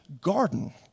garden